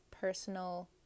personal